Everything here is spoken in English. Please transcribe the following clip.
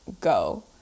go